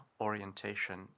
orientation